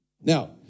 Now